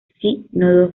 sínodo